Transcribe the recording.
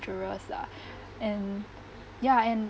lah and ya and